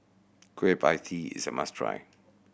Kueh Pie Tee is a must try